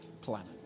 planet